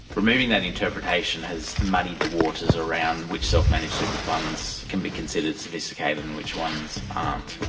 removing that interpretation has muddied the waters around which self-managed super funds can be considered sophisticated and which ones aren't.